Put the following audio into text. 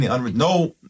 No